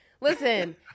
Listen